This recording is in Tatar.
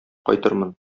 кайтырмын